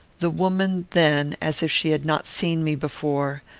the woman then, as if she had not seen me before,